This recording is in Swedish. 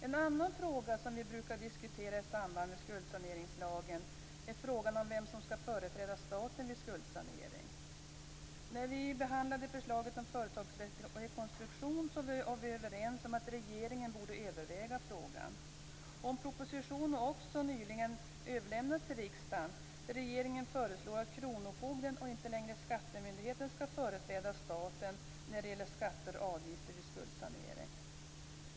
En annan fråga som vi brukar diskutera i samband med skuldsaneringslagen är frågan om vem som skall företräda staten vid skuldsanering. När vi behandlade förslaget till företagsrekonstruktion var vi överens om att regeringen borde överväga frågan. En proposition har också nyligen överlämnats till riksdagen, där regeringen föreslår att kronofogden och inte längre skattemyndigheten skall företräda staten när det gäller skatter och avgifter vid skuldsanering.